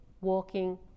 walking